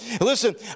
Listen